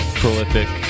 prolific